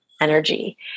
energy